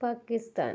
Pakistan